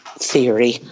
theory